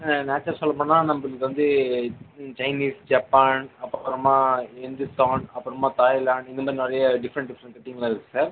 நேச்சுரலாக சொல்ல போனால் நம்மளுக்கு வந்து சைனீஸ் ஜப்பான் அப்புறமா இந்துஸ்தான் அப்புறமா தாய்லாண்ட் இந்தமாதிரி நிறைய டிஃப்ரெண்ட் டிஃப்ரெண்ட் கட்டிங்ஸெலாம் இருக்குது சார்